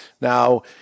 Now